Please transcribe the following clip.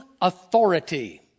authority